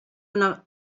una